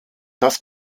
das